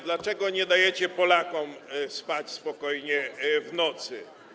Dlaczego nie dajecie Polakom spać spokojnie w nocy?